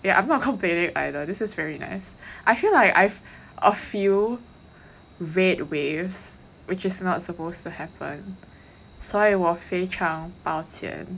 yeah I'm not complaining either this is very nice I feel like I've a few red waves which is not supposed to happen 所以我非常抱歉